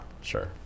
sure